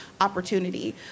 opportunity